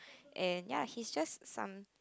and ya he's just some